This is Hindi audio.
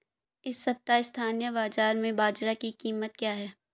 इस सप्ताह स्थानीय बाज़ार में बाजरा की कीमत क्या है?